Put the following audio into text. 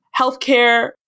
Healthcare